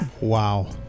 Wow